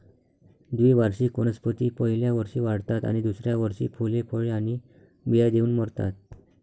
द्विवार्षिक वनस्पती पहिल्या वर्षी वाढतात आणि दुसऱ्या वर्षी फुले, फळे आणि बिया देऊन मरतात